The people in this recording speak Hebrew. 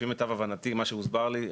למיטב הבנתי ולפי מה שהוסבר לי,